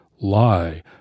lie